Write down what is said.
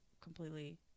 completely